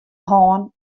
hân